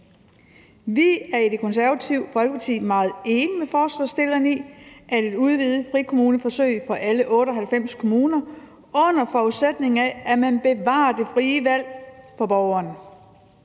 Vi er i Det Konservative Folkeparti meget enige med forslagsstillerne i forslaget om et udvidet frikommuneforsøg for alle 98 kommuner, under forudsætning af at man bevarer det frie valg for borgeren.